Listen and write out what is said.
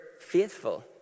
faithful